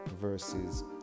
versus